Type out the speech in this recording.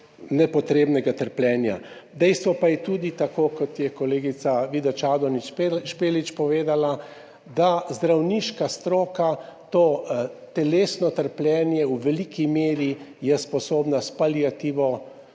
nepotrebnega trpljenja. Dejstvo pa je tudi, tako kot je kolegica Vida Čadonič Špelič povedala, da zdravniška stroka to telesno trpljenje v veliki meri je sposobna s paliativo